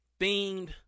themed